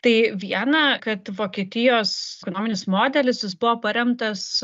tai viena kad vokietijos ekonominis modelis jis buvo paremtas